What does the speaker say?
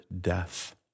death